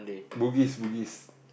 Bugis Bugis